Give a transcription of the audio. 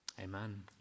Amen